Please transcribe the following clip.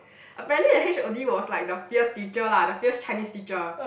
apparently the H_O_D was like the fierce teacher lah the fierce Chinese teacher